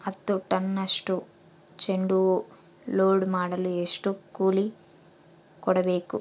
ಹತ್ತು ಟನ್ನಷ್ಟು ಚೆಂಡುಹೂ ಲೋಡ್ ಮಾಡಲು ಎಷ್ಟು ಕೂಲಿ ಕೊಡಬೇಕು?